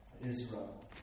Israel